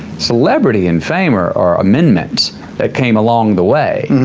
celebrity and fame are are amendments that came along the way.